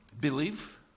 believe